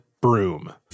broom